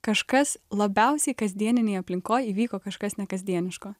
kažkas labiausiai kasdieninėj aplinkoj įvyko kažkas nekasdieniško